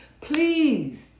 please